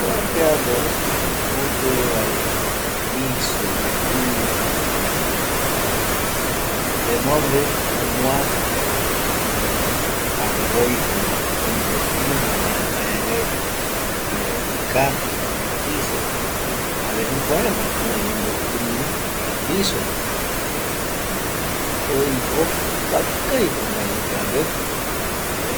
﻿Trapeador oyoe vaera piso, ivi jaeko, tenonde omoakiko jare oitivi pipe irü mbae mbae reta, mbae ikativa ipiseva, jare jukua jaema kurai ombojiriri jokua piso rupi, jaema oi opakaviko mbae ikiague oyoe